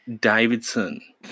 Davidson